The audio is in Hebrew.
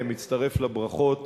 מצטרף לברכות